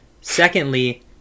Secondly